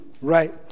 Right